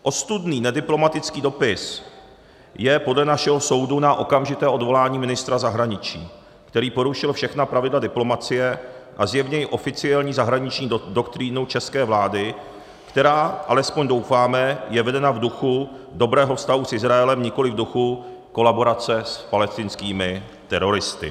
Ostudný nediplomatický dopis je podle našeho soudu na okamžité odvolání ministra zahraničí, který porušil všechna pravidla diplomacie a zjevně i oficiální zahraniční doktrínu české vlády, která, alespoň doufáme, je vedena v duchu dobrého vztahu s Izraelem, nikoli v duchu kolaborace s palestinskými teroristy.